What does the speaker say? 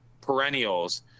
perennials